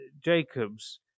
Jacobs